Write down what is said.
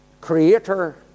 Creator